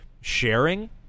sharing